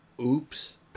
oops